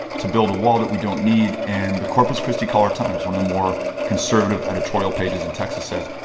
to build a wall that we don't need. and the corpus christi caller-times, one of the more conservative editorial pages in texas, says,